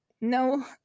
no